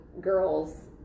girls